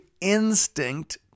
instinct